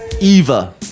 Eva